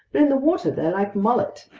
but in the water they're like mullet,